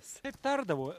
visaip tardavo